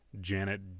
Janet